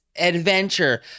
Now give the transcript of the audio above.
adventure